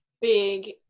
big